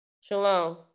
Shalom